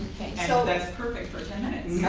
so that's perfect for ten minutes.